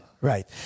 Right